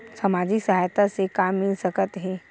सामाजिक सहायता से का मिल सकत हे?